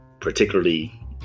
Particularly